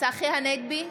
צחי הנגבי,